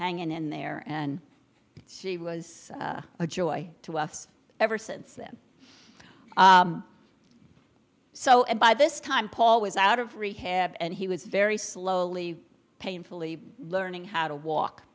hanging in there and she was a joy to us ever since then so and by this time paul was out of rehab and he was very slowly painfully learning how to walk